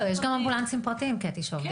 לא, יש גם אמבולנסים פרטיים, קטי, שעובדים.